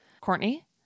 Courtney